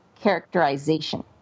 characterization